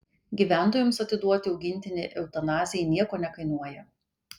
gyventojams atiduoti augintinį eutanazijai nieko nekainuoja